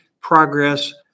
progress